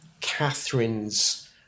Catherine's